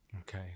Okay